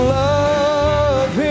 love